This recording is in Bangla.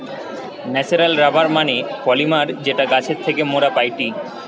ন্যাচারাল রাবার মানে পলিমার যেটা গাছের থেকে মোরা পাইটি